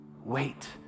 wait